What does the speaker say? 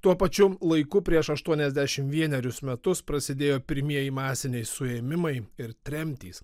tuo pačiu laiku prieš aštuoniasdešimt vienerius metus prasidėjo pirmieji masiniai suėmimai ir tremtys